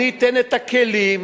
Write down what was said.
אני אתן את הכלים,